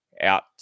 out